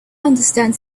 understand